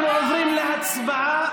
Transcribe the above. אנחנו עוברים להצבעה.